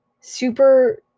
super